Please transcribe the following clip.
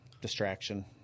distraction